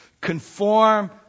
conform